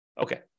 Okay